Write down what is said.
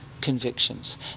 convictions